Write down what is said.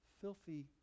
filthy